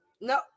no